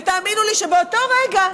ותאמינו לי שבאותו רגע,